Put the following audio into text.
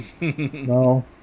No